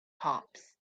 hops